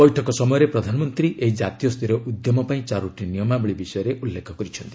ବୈଠକ ସମୟରେ ପ୍ରଧାନମନ୍ତ୍ରୀ ଏହି କାତୀୟ ସ୍ତରୀୟ ଉଦ୍ୟମ ପାଇଁ ଚାରୋଟି ନିୟମାବଳୀ ବିଷୟରେ ଉଲ୍ଲ୍ଜେଖ କରିଛନ୍ତି